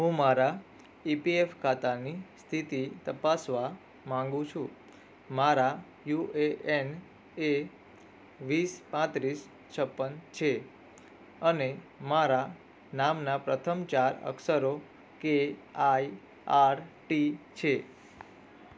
હું મારા E P F ખાતાની સ્થિતિ તપાસવા માગું છું મારા યુ એ એન એ વીસ પાંત્રીસ છપ્પન છે અને મારાં નામના પ્રથમ ચાર અક્ષરો કે આઈ આર ટી છે